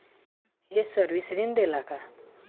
ये सर्विस ऋण देला का?